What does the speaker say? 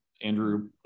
Andrew